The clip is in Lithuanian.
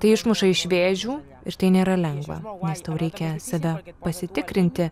tai išmuša iš vėžių ir tai nėra lengva nes tau reikia save pasitikrinti